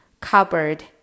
cupboard